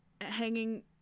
hanging